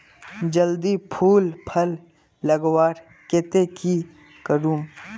जल्दी फूल फल लगवार केते की करूम?